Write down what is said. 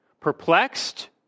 perplexed